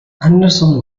anderson